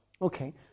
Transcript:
Okay